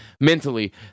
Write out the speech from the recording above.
Mentally